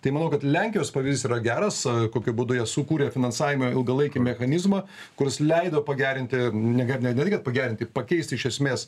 tai manau kad lenkijos pavyzdys yra geras kokiu būdu jie sukūrė finansavimo ilgalaikį mechanizmą kuris leido pagerinti ne ne tai kad pagerinti pakeist iš esmės